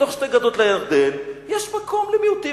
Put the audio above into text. בתוך שתי גדות לירדן יש מקום למיעוטים,